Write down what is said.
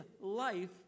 life